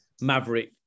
maverick